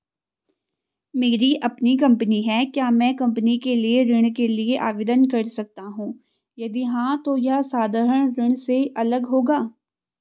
मेरी अपनी कंपनी है क्या मैं कंपनी के लिए ऋण के लिए आवेदन कर सकता हूँ यदि हाँ तो क्या यह साधारण ऋण से अलग होगा?